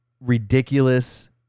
ridiculous